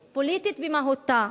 פוליטית, פוליטית במהותה.